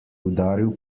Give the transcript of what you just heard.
udaril